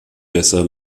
besser